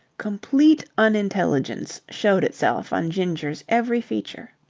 complete unintelligence showed itself on ginger's every feature.